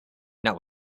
not